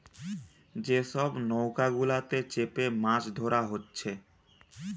যে সব নৌকা গুলাতে চেপে মাছ ধোরা হচ্ছে